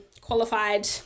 qualified